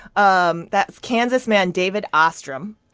um that's kansas man david ostrom.